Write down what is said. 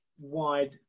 wide